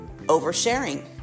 oversharing